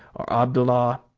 or abdallah.